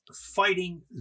fighting